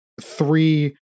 three